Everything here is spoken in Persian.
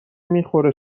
میخوره